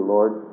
Lord